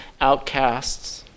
outcasts